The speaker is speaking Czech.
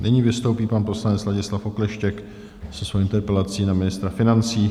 Nyní vystoupí pan poslanec Ladislav Okleštěk se svou interpelací na ministra financí.